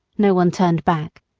no one turned back.